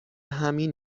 همین